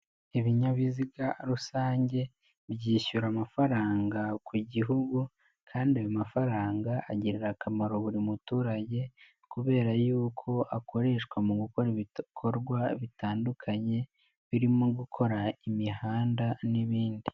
Ibinyabiziga rusange byishyura amafaranga ku gihugu, kandi ayo mafaranga agirira akamaro buri muturage, kubera yuko akoreshwa mu gukora ibikorwa bitandukanye birimo gukora imihanda n'ibindi.